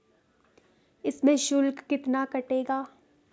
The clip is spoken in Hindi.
इसमें शुल्क कितना कटेगा?